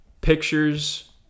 pictures